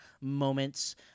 moments